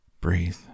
Breathe